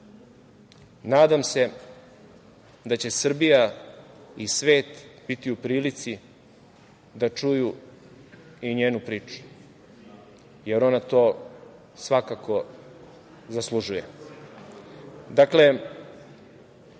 Nadam se da će Srbija i svet biti u prilici da čuju i njenu priču, jer ona to svakako zaslužuje. Dakle,